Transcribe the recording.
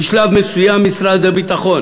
בשלב מסוים משרד הביטחון